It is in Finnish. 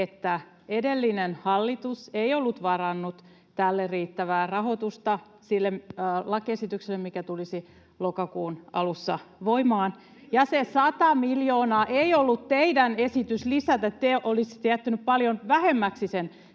että edellinen hallitus ei ollut varannut riittävää rahoitusta sille lakiesitykselle, mikä tulisi lokakuun alussa voimaan, [Aki Lindénin välihuuto] ja se 100 miljoonaa ei ollut teidän esityksenne lisätä. Te olisitte jättäneet paljon vähemmäksi sen.